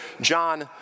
John